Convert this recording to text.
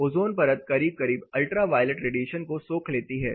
ozone परत करीब करीब अल्ट्रावॉयलेट रेडिएशन को सोख लेती है